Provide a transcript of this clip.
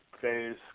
phase